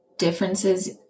differences